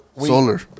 solar